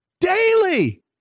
daily